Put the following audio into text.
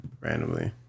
randomly